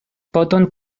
poton